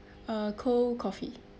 uh cold coffee